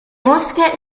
mosche